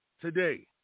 today